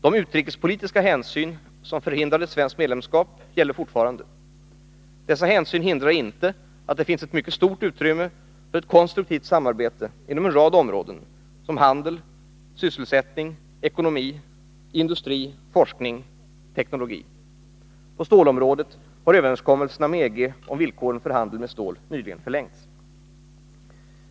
De utrikespolitiska hänsyn som förhindrade ett svenskt medlemskap gäller fortfarande. Dessa hänsyn hindrar dock inte att det finns ett mycket stort utrymme för ett konstruktivt samarbete inom en rad områden, såsom handel, sysselsättning, ekonomi, industri, forskning och teknologi. På stålområdet har överenskommelserna med EG om villkoren för handeln med stål nyligen förlängts.